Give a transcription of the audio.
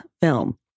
film